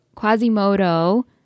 Quasimodo